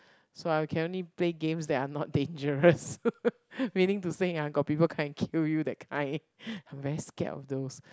so I can only play games that are not dangerous meaning to say ah got people come and kill you that kind I'm very scared of those